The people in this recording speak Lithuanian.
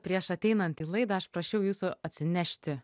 prieš ateinant į laidą aš prašiau jūsų atsinešti